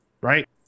right